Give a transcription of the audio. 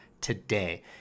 today